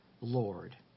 Lord